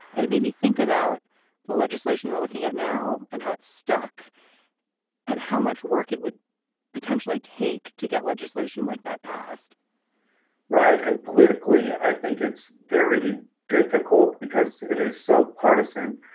and it made me think about the legislation we're looking at now and how it's stuck and how much work it would potentially take to get legislation like that passed right. and politically, i think it's very difficult because it is so partisan.